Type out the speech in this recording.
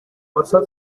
واست